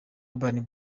urban